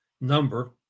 number